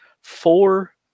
four